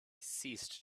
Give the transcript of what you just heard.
ceased